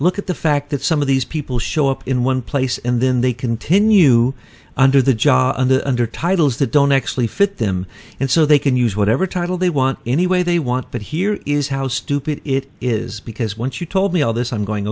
look at the fact that some of these people show up in one place and then they continue under the job and under titles that don't actually fit them and so they can use whatever title they want any way they want but here is how stupid it is because once you told me all this i'm going